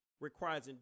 requires